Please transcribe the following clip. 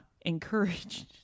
encouraged